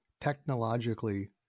technologically